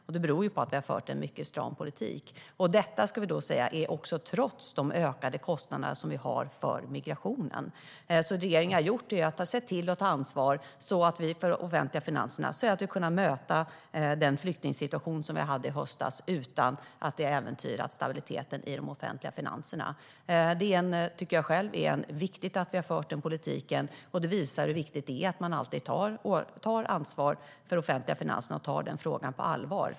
Detta beror på att vi har fört en mycket stram politik - och det trots de ökade kostnader som vi har för migrationen. Regeringen har sett till att ta ansvar för de offentliga finanserna så att vi kunde möta den flyktingsituation som vi hade i höstas utan att det har äventyrat stabiliteten i de offentliga finanserna. Jag tycker själv att det är viktigt att vi har fört den politiken, och det visar hur viktigt det är att man alltid tar ansvar för de offentliga finanserna och tar frågan på allvar.